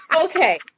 Okay